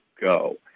go